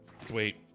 sweet